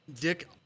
Dick